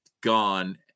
gone